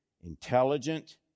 intelligent